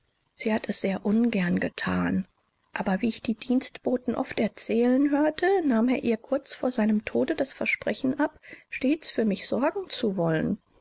sie hat es sehr ungern gethan aber wie ich die dienstboten oft erzählen hörte nahm er ihr kurz vor seinem tode das versprechen ab stets für mich sorgen zu wollen